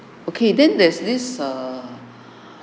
okay then there's this err